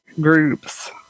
groups